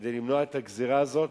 כדי למנוע את הגזירה הזאת,